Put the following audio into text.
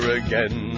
again